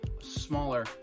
smaller